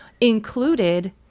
included